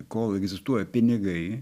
kol egzistuoja pinigai